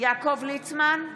יעקב ליצמן,